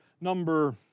number